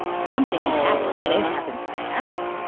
something had happened, and it happened fast,